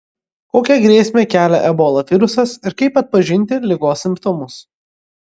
kokią grėsmę kelia ebola virusas ir kaip atpažinti ligos simptomus